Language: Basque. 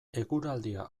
eguraldia